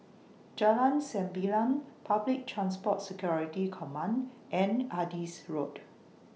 Jalan Sembilang Public Transport Security Command and Adis Road